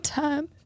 time